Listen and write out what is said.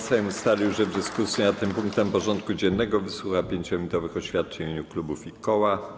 Sejm ustalił, że w dyskusji nad tym punktem porządku dziennego wysłucha 5-minutowych oświadczeń w imieniu klubów i koła.